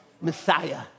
Messiah